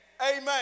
Amen